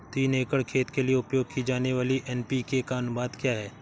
तीन एकड़ खेत के लिए उपयोग की जाने वाली एन.पी.के का अनुपात क्या है?